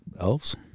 elves